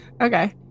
Okay